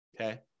Okay